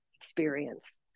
experience